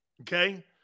Okay